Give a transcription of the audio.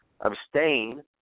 abstain